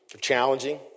challenging